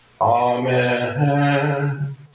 Amen